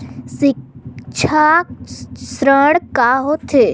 सिक्छा ऋण का होथे?